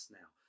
now